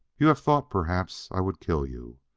you haff thought, perhaps, i would kill you.